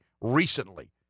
recently